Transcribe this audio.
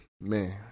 Man